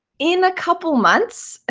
in a couple months.